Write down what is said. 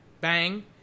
bang